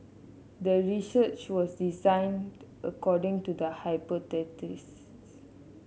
the research was designed according to the hypothesis